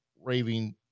raving